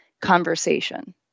conversation